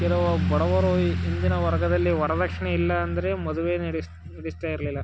ಕೆಲವು ಬಡವರು ಈ ಹಿಂದಿನ ವರ್ಗದಲ್ಲಿ ವರ್ದಕ್ಷಿಣೆ ಇಲ್ಲ ಅಂದರೆ ಮದುವೆ ನಡೆಸ್ ನಡೆಸ್ತಾ ಇರಲಿಲ್ಲ